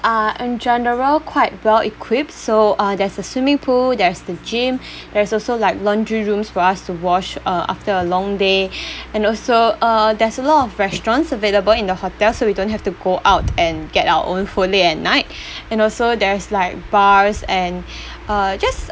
are in general quite well equipped so uh there's a swimming pool there's the gym there's also like laundry rooms for us to wash uh after a long day and also uh there's a lot of restaurants available in the hotel so we don't have to go out and get our own food late at night and also there's like bars and uh just